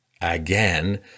again